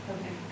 Okay